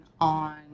on